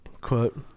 Quote